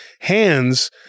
hands